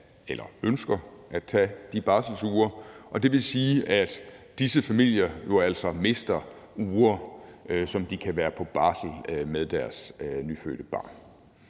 eller ønsker at tage de barselsuger. Det vil sige, at disse familier jo altså mister uger, hvor de kan være på barsel med deres nyfødte barn.